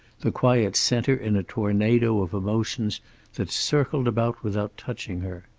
the quiet center in a tornado of emotions that circled about without touching her.